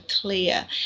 clear